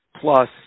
plus